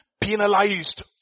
penalized